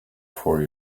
for